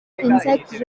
insect